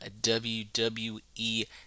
WWE